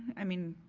i mean,